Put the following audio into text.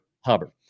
Hubbard